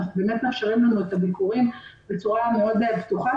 באמת מאפשרים לנו את הביקורים בצורה מאוד בטוחה,